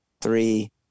three